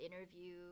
interview